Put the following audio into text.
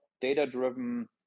data-driven